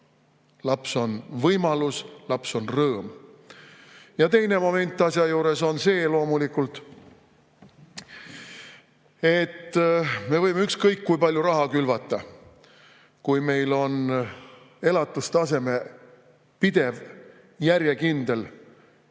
Laps on võimalus, laps on rõõm. Teine moment asja juures on loomulikult see. Me võime ükskõik kui palju raha külvata, aga kui meil on elatustaseme pidev järjekindel langus